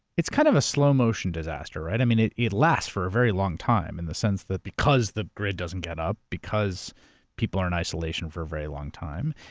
it's kind of a slow-motion disaster. i mean, it it lasts for a very long time in the sense that because the grid doesn't get up, because people are in isolation for a very long time.